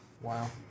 Wow